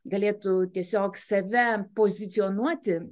galėtų tiesiog save pozicionuoti